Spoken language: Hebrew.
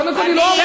קודם כול, היא לא